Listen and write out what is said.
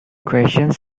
questions